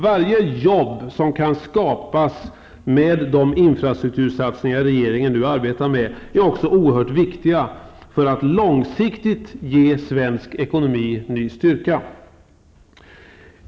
Varje jobb som kan skapas med de infrastruktursatsningar som regeringen nu arbetar med är oerhört viktigt för att också långsiktigt ge svensk ekonomi en ny styrka.